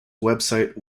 website